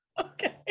Okay